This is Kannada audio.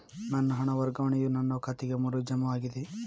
ನನ್ನ ಹಣ ವರ್ಗಾವಣೆಯು ನನ್ನ ಖಾತೆಗೆ ಮರು ಜಮಾ ಆಗಿದೆ